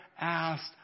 asked